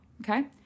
okay